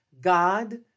God